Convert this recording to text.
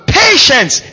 patience